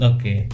Okay